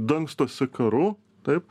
dangstosi karu taip